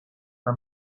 for